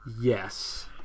Yes